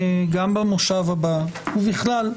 גם במושב הבא ובכלל,